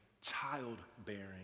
childbearing